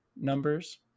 numbers